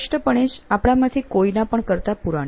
સ્પષ્ટપણે જ આપણામાંથી કોઈના પણ કરતા પુરાણી